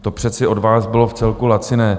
To přece od vás bylo vcelku laciné.